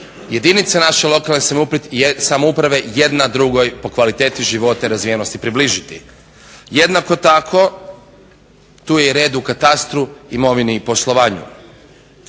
jedinice naše lokalne samouprave jedna drugoj po kvaliteti života i razvijenosti približiti. Jednako tako tu je i red u katastru, imovini i poslovanju.